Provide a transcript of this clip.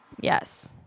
Yes